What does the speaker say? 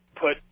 put